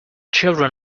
children